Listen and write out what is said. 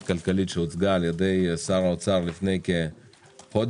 כלכלית שהוצגה על ידי שר האוצר לפני כחודש,